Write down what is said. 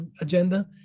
agenda